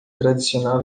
tradicional